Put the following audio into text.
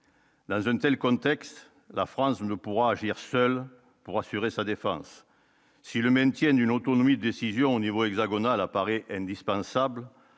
La zone telle contexte : la France ne pourra agir seul pour assurer sa défense si le maintien d'une autonomie décisions au niveau hexagonal apparaît indispensable,